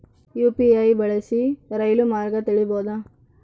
UPI ಬಳಸಿ ರೈಲು ಮಾರ್ಗ ತಿಳೇಬೋದ?